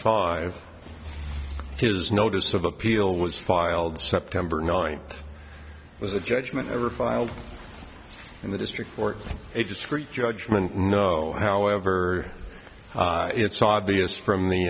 five his notice of appeal was filed september ninth with a judgment ever filed in the district court a discreet judgement no however it's obvious from the